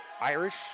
Irish